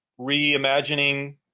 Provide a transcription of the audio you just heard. reimagining